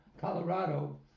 Colorado